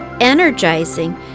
energizing